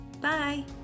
Bye